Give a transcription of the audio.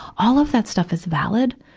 all of that stuff is valid.